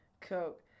Coke